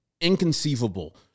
inconceivable